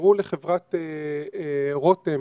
שיאפשרו לחברת רתם,